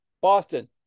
Boston